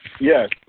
Yes